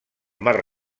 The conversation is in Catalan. mar